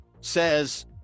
says